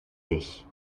sich